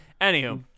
anywho